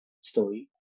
story